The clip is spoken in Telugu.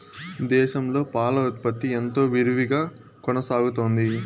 దేశంలో పాల ఉత్పత్తి ఎంతో విరివిగా కొనసాగుతోంది